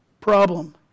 problem